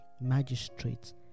magistrates